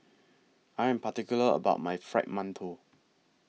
I Am particular about My Fried mantou